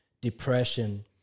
depression